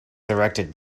directed